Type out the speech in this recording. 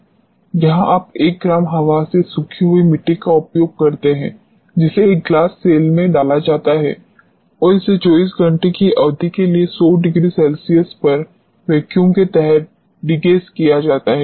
यहां आप एक ग्राम हवा से सूखी हुई मिट्टी का उपयोग करते हैं जिसे एक ग्लास सेल में डाला जाता है और इसे 24 घंटे की अवधि के लिए 100 ℃ पर वैक्यूम के तहत डीगैस किया जाता है